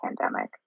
pandemic